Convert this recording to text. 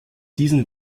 diesen